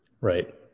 Right